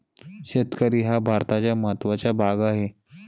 शेतकरी हा भारताचा महत्त्वाचा भाग आहे